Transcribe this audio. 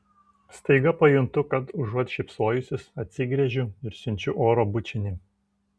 staiga pajuntu kad užuot šypsojusis atsigręžiu ir siunčiu oro bučinį